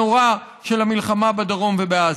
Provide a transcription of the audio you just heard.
הנורא, של המלחמה בדרום ובעזה.